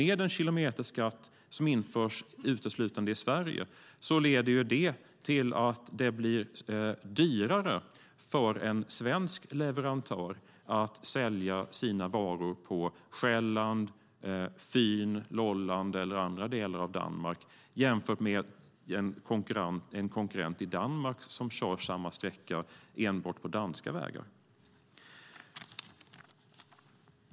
En kilometerskatt som införs uteslutande i Sverige leder till att det blir dyrare för en svensk leverantör att sälja sina varor på Själland, Fyn, Lolland eller i andra delar av Danmark jämfört med vad det blir för en konkurrent i Danmark som kör samma sträcka enbart på danska vägar.